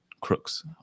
crooks